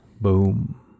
Boom